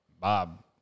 Bob